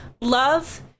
Love